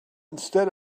instead